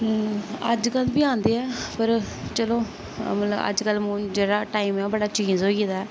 अज्जकल बी आंदे ऐ पर चलो मतलब अज्जकल जेह्ड़ा टाइम ऐ ओह् बड़ा चेंज होई गेदा ऐ